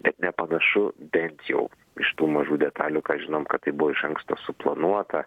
bet nepanašu bent jau iš tų mažų detalių ką žinom kad tai buvo iš anksto suplanuota